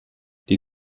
die